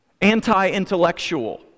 Anti-intellectual